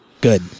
Good